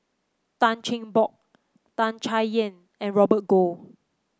Tan Cheng Bock Tan Chay Yan and Robert Goh